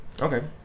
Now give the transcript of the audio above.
okay